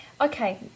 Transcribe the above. Okay